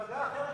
ממפלגה אחרת,